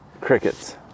crickets